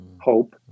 hope